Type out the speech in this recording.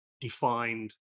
defined